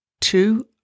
two